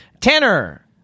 Tanner